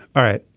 all right.